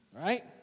Right